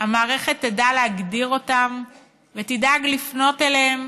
המערכת תדע להגדיר אותם ותדאג לפנות אליהם,